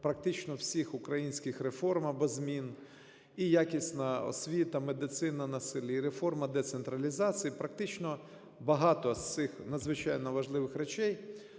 практично всіх українських реформ або змін і якісна освіта, медицина на селі, і реформа децентралізації – практично багато з цих надзвичайно важливих речей